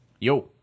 Yo